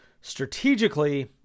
strategically